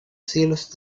cielos